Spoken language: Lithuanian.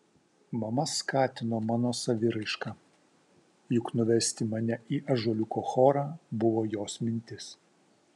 mama skatino mano saviraišką juk nuvesti mane į ąžuoliuko chorą buvo jos mintis